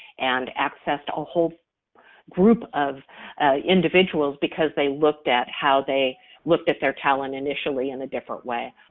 and accessed a whole group of individuals, because they looked at how they looked at their talent initially in a different way.